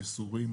מסורים,